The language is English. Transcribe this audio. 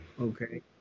Okay